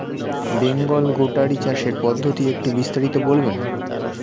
Bengal goatery চাষের পদ্ধতি একটু বিস্তারিত বলবেন?